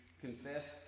confessed